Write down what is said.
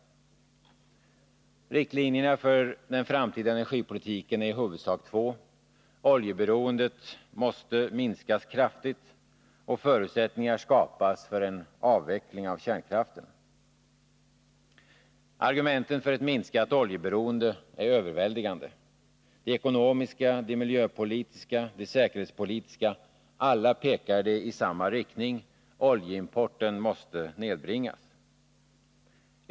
Riktlinjerna för den framtida energipolitiken är i huvudsak två: oljeberoendet måste minskas kraftigt och förutsättningar skapas för en avveckling av kärnkraften. Argumenten för ett minskat oljeberoende är överväldigande: de ekono miska, de miljöpolitiska och de säkerhetspolitiska — alla pekar de i samma riktning: oljeimporten måste nedbringas.